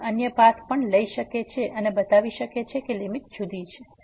કોઈ અન્ય પાથ પણ લઈ શકે છે અને બતાવી શકે છે કે લીમીટ જુદી છે